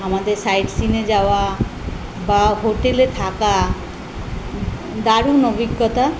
আমাদের sightseeing যাওয়া বা হোটেলে থাকা দারুণ অভিজ্ঞতা